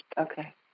Okay